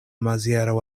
maziero